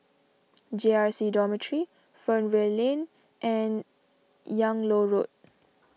J R C Dormitory Fernvale Lane and Yung Loh Road